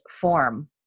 form